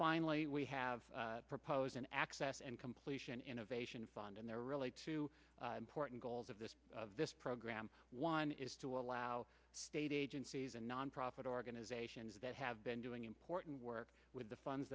finally we have proposed an access and completion innovation fund and there relate to important goals of this program one is to allow state agencies and nonprofit organizations that have been doing important work with the funds